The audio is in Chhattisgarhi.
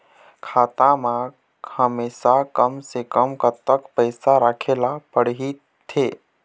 खाता मा हमेशा कम से कम कतक पैसा राखेला पड़ही थे?